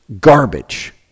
garbage